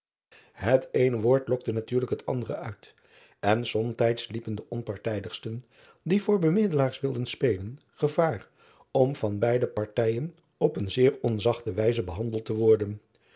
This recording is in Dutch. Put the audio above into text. et eene woord lokte natuurlijk het ander uit en somtijds liepen de onpartijdigsten die voor bemiddelaars wilden spelen gevaar om van beide partijen op een zeer onzachte wijze behandeld te worden